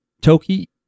Toki